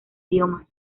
idiomas